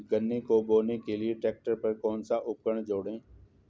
गन्ने को बोने के लिये ट्रैक्टर पर कौन सा उपकरण जोड़ें?